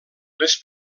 les